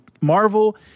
Marvel